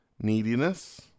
neediness